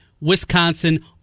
Wisconsin